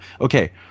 okay